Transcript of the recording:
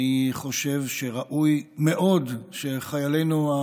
אני חושב שראוי מאוד שחיילינו,